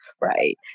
Right